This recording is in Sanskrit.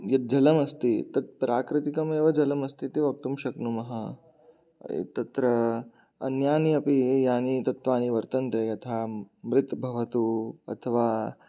यद् जलम् अस्ति तत् प्राकृतिकमेव जलमस्ति वक्तुं शक्नुमः तत्र अन्यान्यपि यानि तत्त्वानि वर्तन्ते तथा मृत् भवतु अथवा